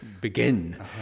begin